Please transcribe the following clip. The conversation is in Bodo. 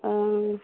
अ